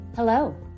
Hello